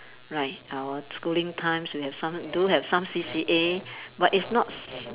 right our schooling times we have some do have some C_C_A but it's not s~